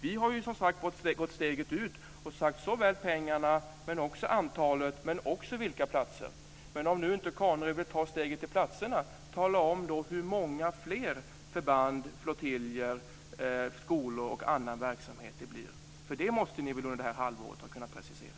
Vi har som sagt gått steget ut och nämnt såväl pengarna som antalet och också vilka platser. Om nu inte Carnerö vill ta steget till att peka ut platserna, tala om hur många fler förband, flottiljer, skolor och annan verksamhet det blir. Det måste ni väl under det här halvåret ha kunnat precisera.